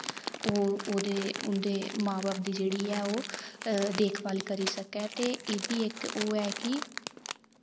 ओ ओह्दे उंदे मां बब्ब दी जेह्ड़ी ऐ ओह् देखभाल करी सकै ते एह् बी इक ओह् ऐ कि